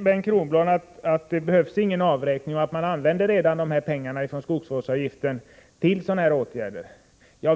Bengt Kronblad säger också att det inte behövs någon avräkning och att man redan använder skogsvårdsavgifter till sådana här åtgärder.